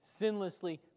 sinlessly